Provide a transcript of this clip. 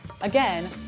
Again